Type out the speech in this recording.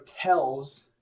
tells